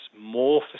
more